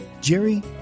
Jerry